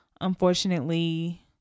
unfortunately